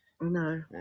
No